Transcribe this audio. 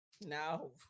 No